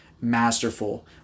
masterful